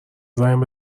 زنگ